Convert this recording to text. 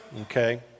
okay